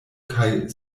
kaj